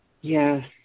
Yes